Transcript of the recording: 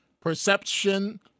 perception